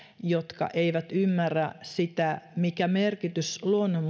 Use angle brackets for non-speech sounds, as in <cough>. jotka eivät ymmärrä mikä merkitys luonnon <unintelligible>